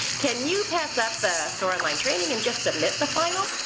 can you pass up the sore online training and just submit the final?